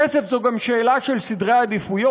כסף זו גם שאלה של סדרי עדיפויות.